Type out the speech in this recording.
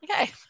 Okay